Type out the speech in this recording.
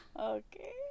okay